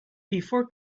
before